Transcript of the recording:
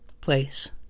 place